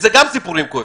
והם גם סיפורים כואבים.